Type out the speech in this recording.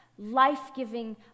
life-giving